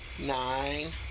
nine